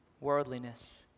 worldliness